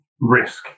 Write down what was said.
risk